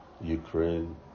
Ukraine